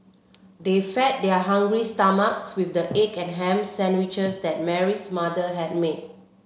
they fed their hungry stomachs with the egg and ham sandwiches that Mary's mother had made